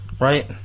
right